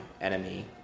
enemy